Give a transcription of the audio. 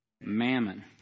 mammon